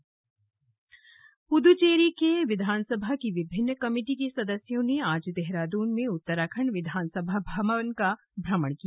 पुदुचेरी पुदुचेरी के विधानसभा की विभिन्न कमेटी के सदस्यों ने आज देहरादून में उत्तराखंड विधानसभा भवन का भ्रमण किया